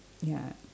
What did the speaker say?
ya